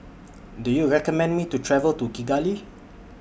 Do YOU recommend Me to travel to Kigali